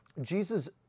Jesus